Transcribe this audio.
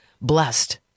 blessed